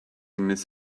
miss